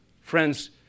Friends